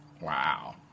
wow